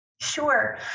Sure